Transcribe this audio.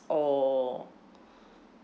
or